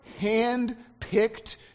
handpicked